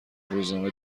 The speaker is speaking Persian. روزنامه